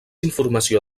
informació